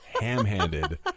Ham-handed